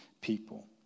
people